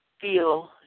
feel